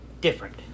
different